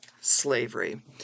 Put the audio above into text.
slavery